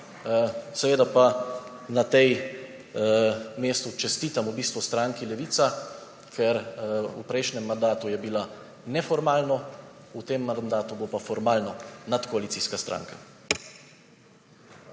Seveda pa na tem mestu čestitam stranki Levica, ker je bila v prejšnjem mandatu neformalno, v tem mandatu bo pa formalno nadkoalicijska stranka.